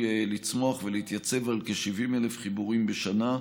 לצמוח ולהתייצב על כ-70,000 חיבורים בשנה,